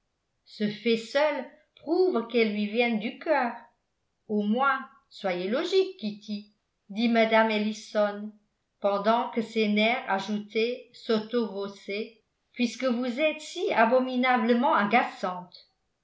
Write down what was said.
ce fait seul prouve qu'elles lui viennent du cœur au moins soyez logique kitty dit mme ellison pendant que ses nerfs ajoutaient sotto voce puisque vous êtes si abominablement agaçante